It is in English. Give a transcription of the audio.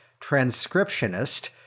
transcriptionist